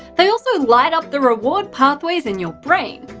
they also light up the reward pathways in your brain.